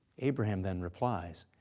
abraham then replies,